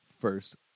first